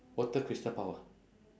water crystal bao ah